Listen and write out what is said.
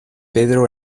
pedro